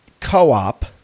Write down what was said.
co-op